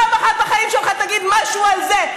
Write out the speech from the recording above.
פעם אחת בחיים שלך תגיד משהו על זה.